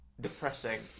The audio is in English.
Depressing